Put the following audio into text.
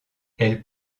elle